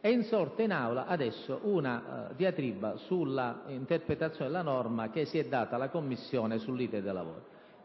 È insorta in Aula, adesso, una diatriba sulla interpretazione della norma che si è data la Commissione sull'*iter* dei lavori.